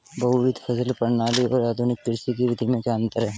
बहुविध फसल प्रणाली और आधुनिक कृषि की विधि में क्या अंतर है?